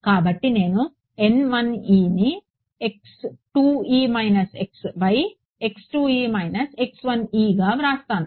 కాబట్టి నేను ను గా వ్రాస్తాను